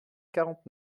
quarante